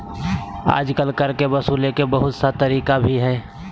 आजकल कर के वसूले के बहुत सा अलग तरीका भी हइ